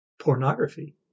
pornography